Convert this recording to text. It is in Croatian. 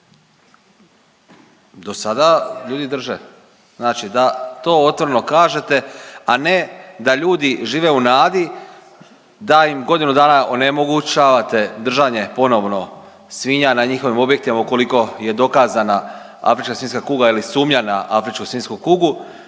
Do sada ljudi drže, znači da to otvoreno kažete, a ne da ljudi žive u nadi da im godinu dana onemogućavate držanje ponovno svinja na njihovim objektima ukoliko je dokazana ASK-a ili sumnja na ASK i da